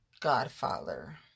Godfather